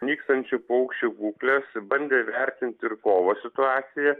nykstančių paukščių būklės bandė įvertinti ir kovo situaciją